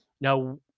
Now